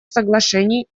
соглашений